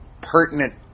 pertinent